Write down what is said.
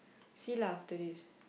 see lah after this